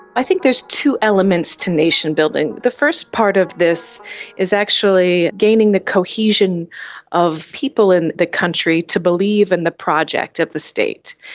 i think there's two elements to nation building. the first part of this is actually gaining the cohesion of people in the country to believe in and the project of the state.